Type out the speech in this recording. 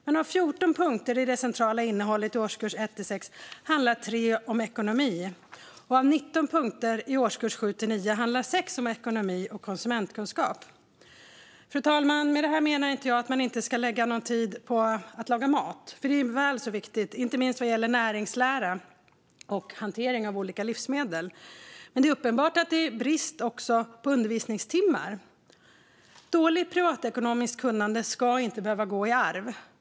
Men av 14 punkter i det centrala innehållet i årskurs 1-6 handlar 3 om ekonomi, och av 19 punkter i årskurs 7-9 handlar 6 om ekonomi och konsumentkunskap. Fru talman! Med detta menar jag inte att man inte ska lägga tid på att laga mat. Det är nog så viktigt, inte minst vad gäller näringslära och hantering av olika livsmedel. Men det är också uppenbart att det råder brist på undervisningstimmar. Dåligt privatekonomiskt kunnande ska inte behöva gå i arv.